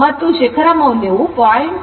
ಮತ್ತು rms ಮೌಲ್ಯವು 0